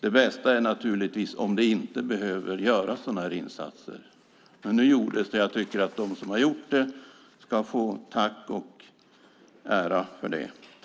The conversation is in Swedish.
Det bästa är naturligtvis om sådana här insatser inte behöver göras, men nu gjordes den och jag tycker att de som har gjort detta ska få tack och ära för det.